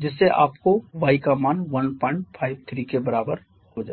जिससे आपको y का मान 153 के बराबर हो जाएगा